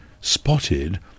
spotted